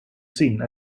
scene